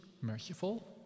merciful